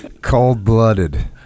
Cold-blooded